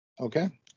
Okay